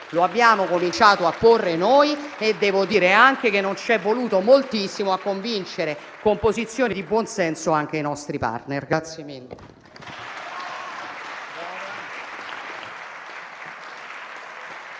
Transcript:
Lo abbiamo cominciato a porre noi e devo dire anche che non c'è voluto moltissimo a convincere, con posizioni di buon senso, anche i nostri *partner*.